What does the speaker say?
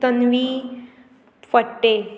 Tanvi Phadte